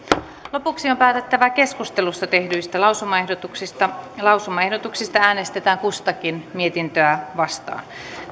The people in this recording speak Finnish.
lopuksi on päätettävä keskustelussa tehdyistä lausumaehdotuksista lausumaehdotuksista äänestetään kustakin mietintöä vastaan